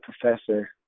professor